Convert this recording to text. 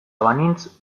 banintz